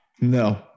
No